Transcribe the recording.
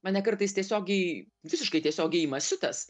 mane kartais tiesiogiai visiškai tiesiogiai ima siutas